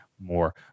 more